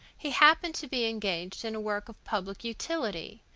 he happened to be engaged in work of public utility,